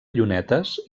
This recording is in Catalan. llunetes